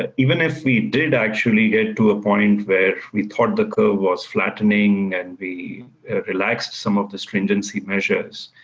ah even if we did actually get to a point where we thought the curve was flattening and we relaxed some of the stringency measures,